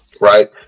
right